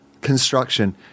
construction